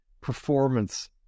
performance